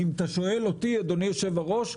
אם אתה שואל אותי אדוני היו"ר,